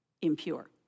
impure